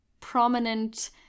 prominent